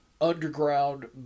underground